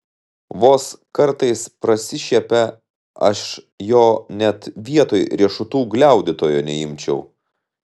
vos kartais prasišiepia aš jo net vietoj riešutų gliaudytojo neimčiau